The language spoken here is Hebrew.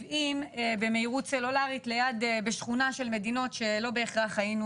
ל-70 במהירות סלולרית בשכונה של מדינות שלא בהכרח היינו